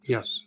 Yes